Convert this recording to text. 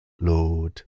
Lord